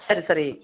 சரி சரி